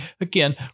Again